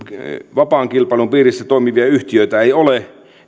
vapaan kilpailun piirissä toimivia yhtiöitä ei ole